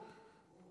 אוהו.